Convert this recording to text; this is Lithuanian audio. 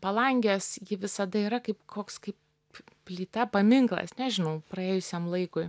palangės ji visada yra kaip koks kaip plyta paminklas nežinau praėjusiam laikui